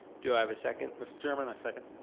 do i have a second? mr. chairman i second.